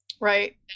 right